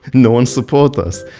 no one support us,